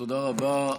תודה רבה.